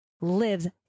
lives